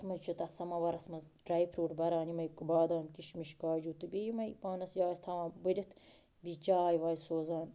تَتھ منٛز چھِ تَتھ سَماوارَس منٛز ڈرٛاے فروٗٹ بران یِمٕے بادام کِشمِش کاجوٗ تہِ بیٚیہِ یِمٕے پانَس یہِ آسہِ تھوان بٔرِتھ بیٚیہِ چاے واے سوزان